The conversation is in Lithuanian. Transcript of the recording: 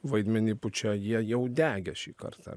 vaidmenį puče jie jau degė šį kartą